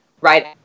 right